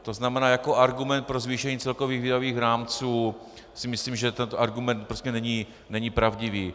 To znamená jako argument pro zvýšení celkových výdajových rámci si myslím, že tento argument prostě není pravdivý.